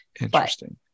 Interesting